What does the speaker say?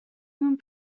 mewn